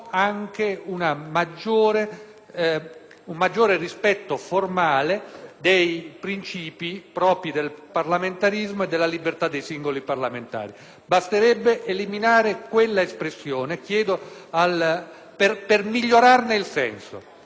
un maggior rispetto formale dei principi propri del parlamentarismo e della libertà dei singoli parlamentari. Basterebbe eliminare dal testo dell'emendamento